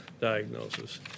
diagnosis